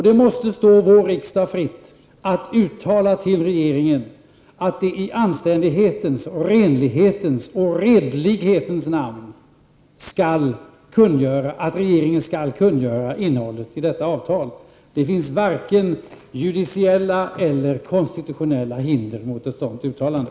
Det måste stå riksdagen fritt att till regeringen uttala, att regeringen i anständighetens, renlighetens och redlighetens namn skall kungöra innehållet i detta avtal. Det finns varken judiciella eller konstitutionella hinder mot ett sådant uttalande.